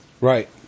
right